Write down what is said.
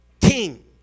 king